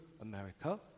America